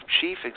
Chief